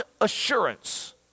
assurance